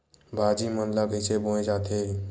भाजी मन ला कइसे बोए जाथे?